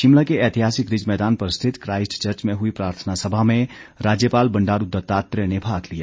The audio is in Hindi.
शिमला के ऐतिहासिक रिज मैदान पर स्थित क्राइस्ट चर्च में हुई प्रार्थना सभा में राज्यपाल बंडारू दत्तात्रेय ने भाग लिया